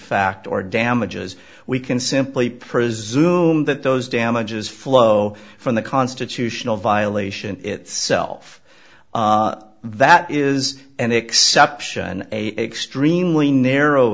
fact or damages we can simply presume that those damages flow from the constitutional violation itself that is an exception a extremely narrow